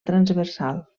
transversal